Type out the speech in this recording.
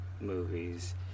movies